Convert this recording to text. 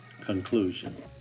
Conclusion